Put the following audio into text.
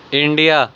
India